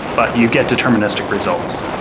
but you get deterministic results.